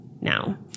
now